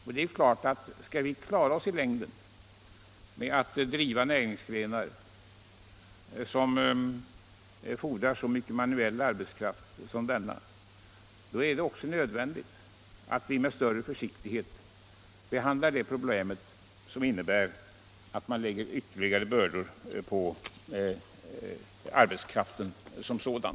Om vi i längden skall kunna driva näringsgrenar som fordrar så mycket manuell arbetskraft som denna, så är det helt nödvändigt att vi med större försiktighet handskas med metoder som innebär att man lägger ytterligare bördor på arbetskraften som sådan.